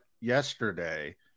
yesterday